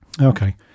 okay